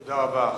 תודה רבה.